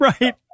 Right